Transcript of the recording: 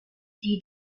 die